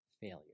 failure